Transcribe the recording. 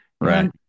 Right